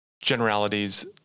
generalities